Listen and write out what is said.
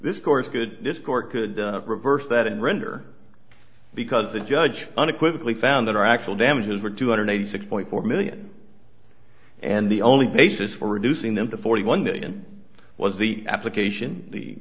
this course good this court could reverse that and render because the judge unequivocally found that our actual damages were two hundred eighty six point four million and the only basis for reducing them to forty one million was the application the